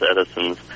Edison's